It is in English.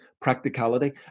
practicality